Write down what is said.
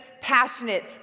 passionate